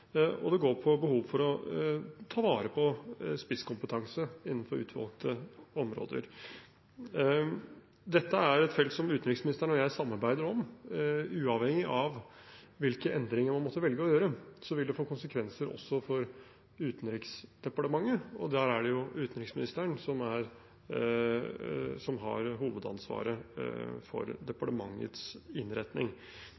og det dreier seg om behovet for å ta vare på spisskompetanse innenfor utvalgte områder. Dette er et felt som utenriksministeren og jeg samarbeider om. Uavhengig av hvilke endringer man måtte velge å gjøre, vil det få konsekvenser også for Utenriksdepartementet, og der er det utenriksministeren som har hovedansvaret for